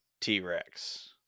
T-Rex